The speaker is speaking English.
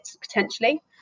potentially